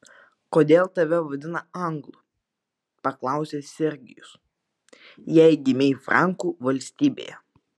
kodėl tave vadina anglu paklausė sergijus jei gimei frankų valstybėje